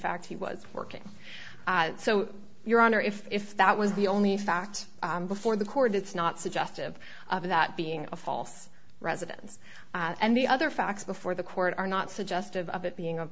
fact he was working so your honor if if that was the only fact before the court it's not suggestive of that being a false residence and the other facts before the court are not suggestive of it being a